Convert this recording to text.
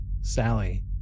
Sally